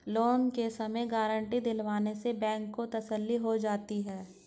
loan के समय guarantee दिलवाने से बैंक को तसल्ली हो जाती है